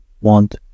want